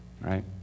right